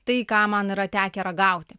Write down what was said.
tai ką man yra tekę ragauti